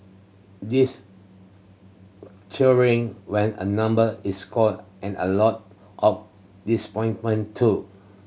this cheering when a number is called and a lot of disappointment too